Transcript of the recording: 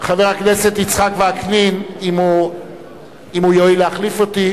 חבר הכנסת יצחק וקנין אם הוא יואיל להחליף אותי.